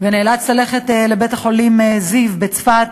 ונאלץ ללכת לבית-החולים "זיו" בצפת,